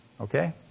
okay